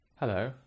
Hello